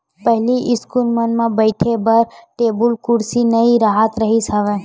पहिली इस्कूल मन म बइठे बर टेबुल कुरसी नइ राहत रिहिस हवय